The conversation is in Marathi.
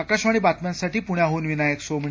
आकाशवाणी बातम्यांसाठी पुण्याहून विनायक सोमणी